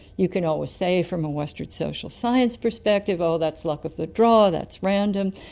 you can always say, from a western social science perspective, oh that's luck of the draw, that's random,